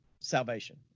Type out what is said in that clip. salvation